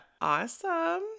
Awesome